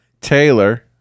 taylor